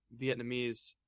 Vietnamese